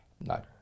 No